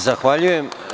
Zahvaljujem.